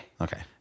okay